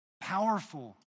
powerful